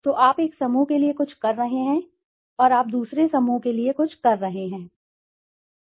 तो आप एक समूह के लिए कुछ कर रहे हैं और आप दूसरे समूह के लिए कुछ कर रहे हैं